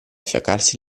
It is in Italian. fiaccarsi